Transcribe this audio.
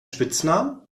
spitznamen